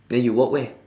then you walk where